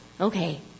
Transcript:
okay